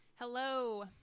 Hello